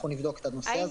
אנחנו נבדוק את הנושא הזה.